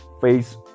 face